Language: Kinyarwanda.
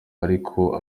ariko